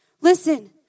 Listen